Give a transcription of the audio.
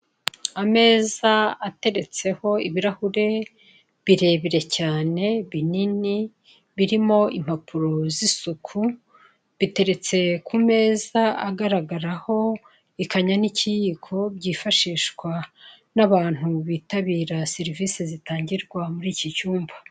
Ameza ateretseho ibirahure birebire cyane binini birimo impapuro z'isuko biteretse ku meza agaragaraho ikanya n'ikiyiko byifashishwa n'abantu bitabira serivise zitangirwa muri iki cyumba.